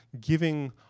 giving